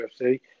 UFC